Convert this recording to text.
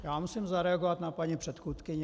Já musím zareagovat na paní předchůdkyni.